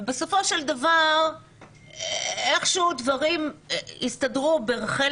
ובסופו של דבר איך שהוא דברים הסתדרו בחלק